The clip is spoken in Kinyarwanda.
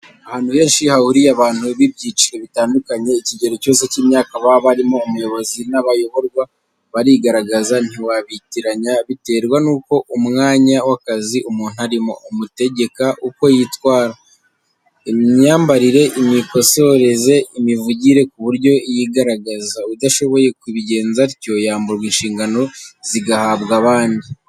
Ahantu henshi hahuriye abantu b'ibyiciro bitandukanye, ikigero cyose cy'imyaka baba barimo, umuyobozi n'abayoborwa barigaragaza ntiwabitiranya biterwa n'uko umwanya w'akazi umuntu arimo, umutegeka uko yitwara, imyambarire, imisokoreze, imivugire ku buryo yigaragaza. Udashoboye kubigenza atyo yamburwa inshingano zigahabwa abandi.